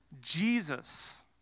Jesus